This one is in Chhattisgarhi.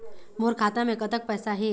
मोर खाता मे कतक पैसा हे?